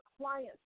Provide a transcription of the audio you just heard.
clients